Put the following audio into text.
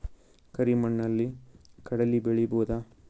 ಕರಿ ಮಣ್ಣಲಿ ಕಡಲಿ ಬೆಳಿ ಬೋದ?